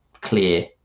clear